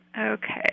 Okay